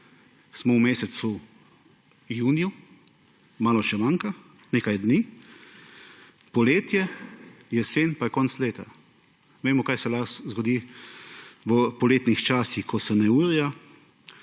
Smo v mesecu juniju, malo še manjka, nekaj dni: poletje, jesen pa je konec leta. Vemo, kaj se lahko zgodi v poletnih časih, ko so neurja,